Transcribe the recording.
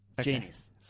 Genius